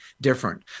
different